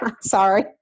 Sorry